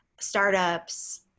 startups